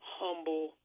humble